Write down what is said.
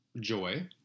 joy